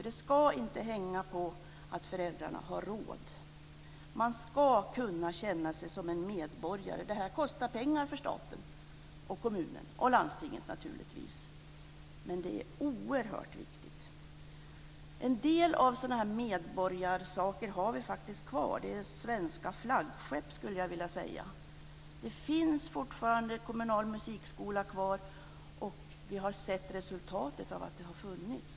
Det ska inte hänga på om föräldrarna har råd. Man ska kunna känna sig som en medborgare. Det här kostar naturligtvis pengar för staten, kommunen och landstinget, men det är oerhört viktigt. En del sådana här medborgarsaker har vi faktiskt kvar. Det är svenska flaggskepp, skulle jag vilja säga. Det finns fortfarande kommunal musikskola kvar. Vi har sett resultatet av det har funnits.